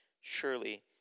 surely